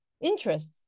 interests